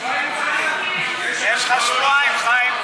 יש לך שבועיים, חיים.